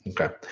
Okay